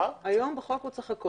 היום בחוק הוא צריך הכול.